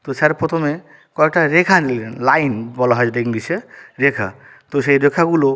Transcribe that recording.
তো স্যার প্রথমে কয়েকটা রেখা নিলেন লাইন বলা হয় যেটা ইংলিশে রেখা তো সেই রেখাগুলো